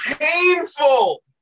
painful